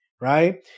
right